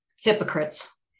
Hypocrites